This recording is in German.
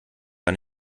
gar